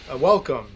Welcome